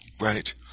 Right